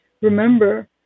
remember